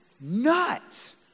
nuts